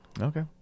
Okay